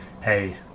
hey